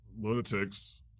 lunatics